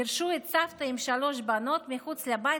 גירשו את סבתא עם שלוש הבנות מחוץ לבית